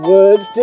Words